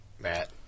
Matt